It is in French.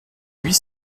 huit